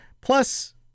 Plus